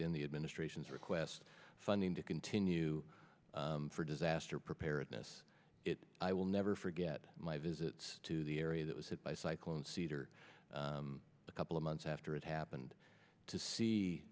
n the administration's request funding to continue for disaster preparedness i will never forget my visit to the area that was hit by cycle in cedar a couple of months after it happened to see